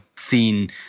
seen